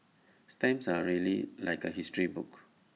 stamps are really like A history book